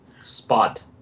Spot